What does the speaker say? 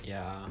ya